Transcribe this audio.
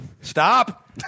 Stop